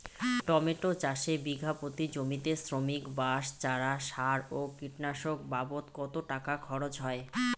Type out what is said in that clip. Tomato চাষে বিঘা প্রতি জমিতে শ্রমিক, বাঁশ, চারা, সার ও কীটনাশক বাবদ কত টাকা খরচ হয়?